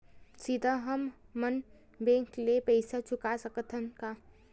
सीधा हम मन बैंक ले पईसा चुका सकत हन का?